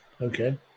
okay